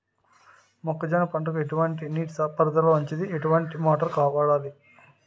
మొక్కజొన్న పంటకు ఎటువంటి నీటి పారుదల మంచిది? ఎటువంటి మోటార్ వాడాలి?